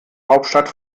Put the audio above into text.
hauptstadt